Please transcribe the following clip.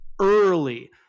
early